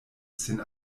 sin